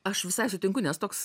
aš visai sutinku nes toks